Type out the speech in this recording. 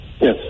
Yes